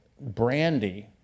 brandy